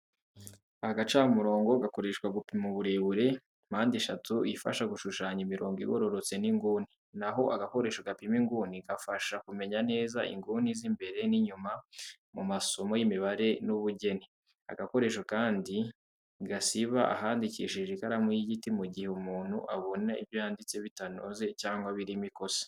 Agacamurongo gakoreshwa gupima uburebure, mpande eshatu ifasha gushushanya imirongo igororotse n’inguni, na ho agakoresho gapima inguni gafasha kumenya neza inguni z’imbere n’inyuma mu masomo y’imibare n’ubugeni. Agakoresho kandi gasiba ahandikishije ikaramu y'igiti mu gihe umuntu abona ibyo yanditse bitanoze cyangwa birimo ikosa.